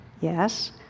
yes